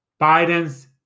Biden's